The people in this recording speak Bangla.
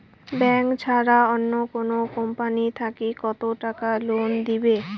ব্যাংক ছাড়া অন্য কোনো কোম্পানি থাকি কত টাকা লোন দিবে?